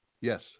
Yes